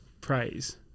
praise